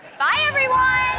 bye everyone!